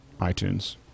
iTunes